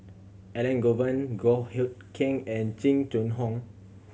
Elangovan Goh Hood Keng and Jing Jun Hong